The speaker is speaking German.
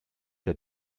der